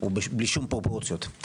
הוא בלי שום פרופורציות.